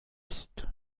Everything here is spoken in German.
ist